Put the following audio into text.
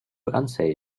unsay